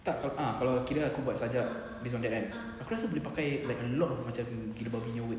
tak ah kalau kira aku buat sajak based on that kan aku rasa boleh pakai like a lot macam gila babi nya words ah